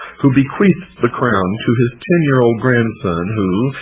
who bequeathed the crown to his ten-year-old grandson who,